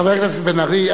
חבר הכנסת בן-ארי,